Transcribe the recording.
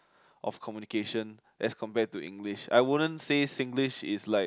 of communication as compared to English I wouldn't say Singlish is like